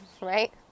right